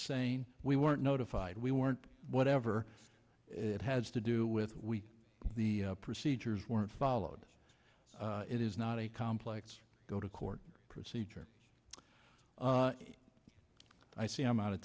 saying we weren't notified we weren't whatever it has to do with we the procedures weren't followed it is not a complex go to court procedure i see i'm out of